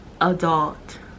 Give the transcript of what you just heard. adult